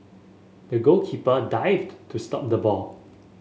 the goalkeeper dived to stop the ball